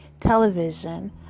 television